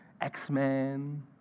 X-Men